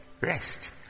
Rest